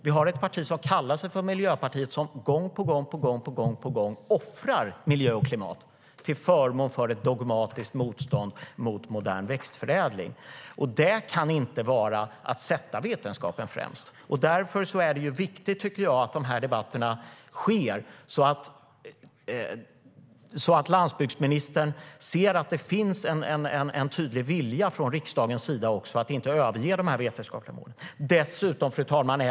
Vi har ett parti som kallar sig för Miljöpartiet som gång på gång offrar miljö och klimat till förmån för ett dogmatiskt motstånd mot modern växtförädling. Det kan inte vara att sätta vetenskapen främst. Därför är det viktigt att dessa debatter sker så att landsbygdsministern ser att det finns en tydlig vilja från riksdagens sida att inte överge de vetenskapliga målen. Fru talman!